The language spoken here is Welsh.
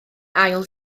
ail